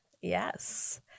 Yes